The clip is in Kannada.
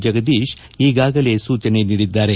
ಜಗದೀಶ್ ಈಗಾಗಲೇ ಸೂಚನೆ ನೀಡಿದ್ದಾರೆ